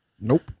Nope